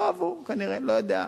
לא אהבו, כנראה, לא יודע.